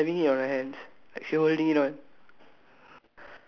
oh my one is uh she's having it on her hands she's holding on